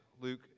Luke